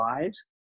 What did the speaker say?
lives